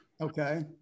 Okay